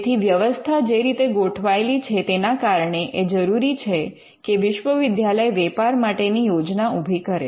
તેથી વ્યવસ્થા જે રીતે ગોઠવાયેલી છે તેના કારણે એ જરૂરી છે કે વિશ્વવિદ્યાલય વેપાર માટે ની યોજના ઉભી કરે